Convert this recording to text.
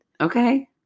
Okay